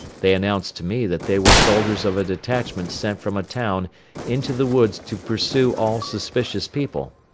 they announced to me that they were soldiers of a detachment sent from a town into the woods to pursue all suspicious people.